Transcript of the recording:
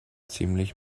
ziemlich